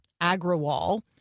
Agrawal